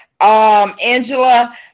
Angela